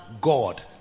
God